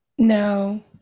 No